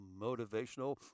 motivational